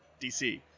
DC